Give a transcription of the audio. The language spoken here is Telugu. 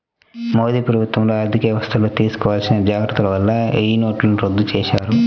మోదీ ప్రభుత్వంలో ఆర్ధికవ్యవస్థల్లో తీసుకోవాల్సిన జాగర్తల వల్ల వెయ్యినోట్లను రద్దు చేశారు